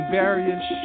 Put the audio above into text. various